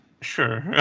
Sure